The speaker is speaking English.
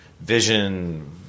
vision